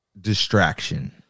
distraction